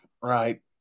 right